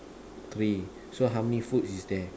three so how many food is there